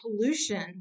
pollution